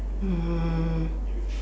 um